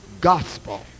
gospel